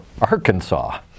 Arkansas